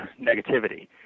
negativity